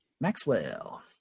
Maxwell